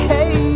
Hey